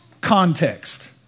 Context